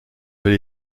vais